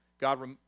God